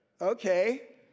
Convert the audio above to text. okay